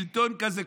שלטון כזה,